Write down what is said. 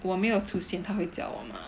我没有出现她会叫我吗